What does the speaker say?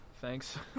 thanks